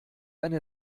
eine